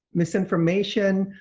misinformation,